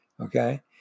okay